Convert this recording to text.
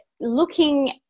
looking